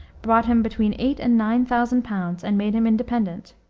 brought him between eight and nine thousand pounds and made him independent.